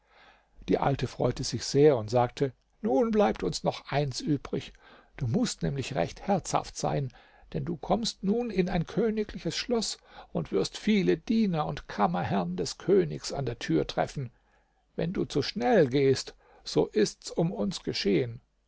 die alte freute sich sehr und sagte nun bleibt uns noch eins übrig du mußt nämlich recht herzhaft sein denn du kommst nun in ein königliches schloß und wirst viele diener und kammerherrn des königs an der tür treffen wenn du zu schnell gehst so ist's um uns geschehen